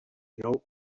nou